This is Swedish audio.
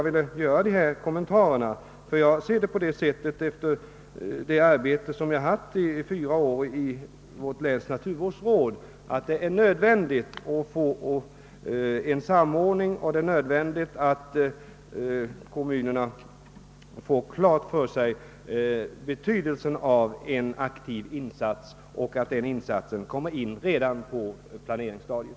Efter att i fyra år ha tillhört Kronoborgs läns naturvårdsråd har jag den inställningen, att det är nödvändigt att åstadkomma en samordning av dessa frågor och att göra klart för kommunerna betydelsen av en aktiv insats samt att denna insats bör göras redan på planeringsstadiet.